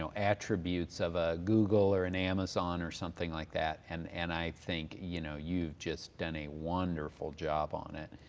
so attributes of a google or an amazon or something like that, and and i think you know you've you've just done a wonderful job on it.